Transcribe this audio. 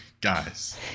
Guys